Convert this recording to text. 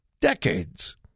decades